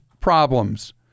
problems